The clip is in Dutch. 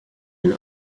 hun